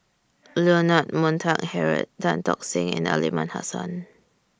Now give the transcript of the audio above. Leonard Montague Harrod Tan Tock Seng and Aliman Hassan